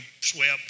swept